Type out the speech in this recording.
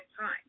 time